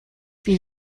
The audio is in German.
wie